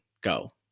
go